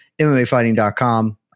MMAfighting.com